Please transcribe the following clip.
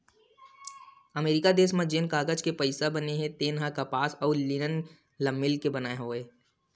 अमरिका देस म जेन कागज के पइसा बने हे तेन ह कपसा अउ लिनन ल मिलाके बनाए गे हवय